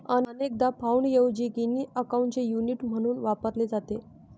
अनेकदा पाउंडऐवजी गिनी अकाउंटचे युनिट म्हणून वापरले जाते